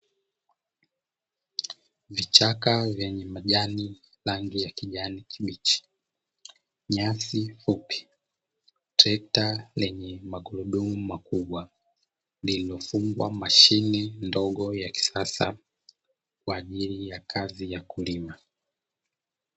Vichaka vyenye majani rangi ya kijani kibichi, nyasi fupi, trekta lenye magurudumu makubwa lililofungwa mashine ndogo ya kisasa, kwa ajili ya kazi ya kulima.